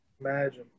Imagine